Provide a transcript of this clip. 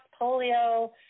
polio